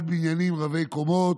בבניית בניינים רבי-קומות,